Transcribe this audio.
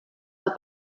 del